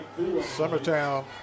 Summertown